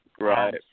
Right